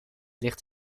ligt